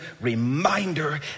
reminder